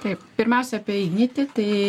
taip pirmiausia apie ignitį tai